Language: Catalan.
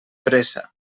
pressa